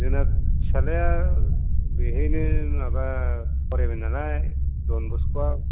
जोंना फिसालाया बेहायनो माबा फरायबाय नालाय डनबस्कआव